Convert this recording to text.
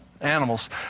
animals